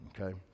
okay